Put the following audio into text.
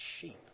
sheep